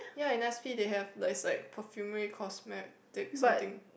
ya in s_p they have there's like perfumery cosmetics something